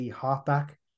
Halfback